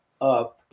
up